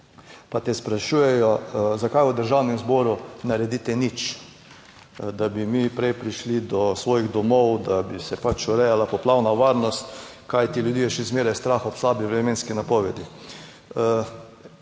pa te sprašujejo zakaj v Državnem zboru ne naredite nič, da bi mi prej prišli do svojih domov, da bi se pač urejala poplavna varnost, kajti ljudi je še zmeraj strah ob slabi vremenski napovedi.